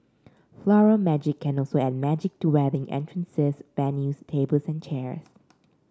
Floral Magic can also add magic to wedding entrances venues tables and chair